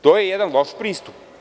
To je jedan loš pristup.